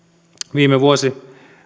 viime vuosi